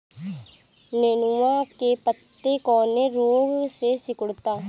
नेनुआ के पत्ते कौने रोग से सिकुड़ता?